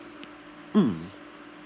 mm